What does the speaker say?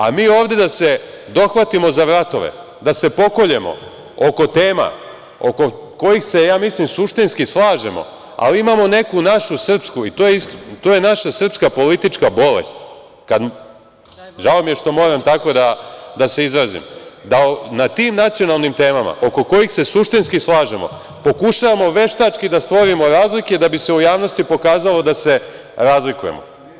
A mi ovde da se dohvatimo za vratove, da se pokoljemo oko tema oko kojih se, ja mislim, suštinski slažemo, ali imamo neku našu srpsku i to je naša srpska politička bolest, žao mi je što moram tako da se izrazim, da na tim nacionalnim temama, oko kojih se suštinski slažemo, pokušavamo veštački da stvorimo razlike da bi se u javnosti pokazalo da se razlikujemo.